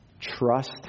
trust